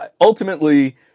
ultimately